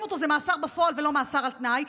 אותו זה מאסר בפועל ולא מאסר על תנאי.